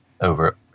over